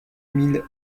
mille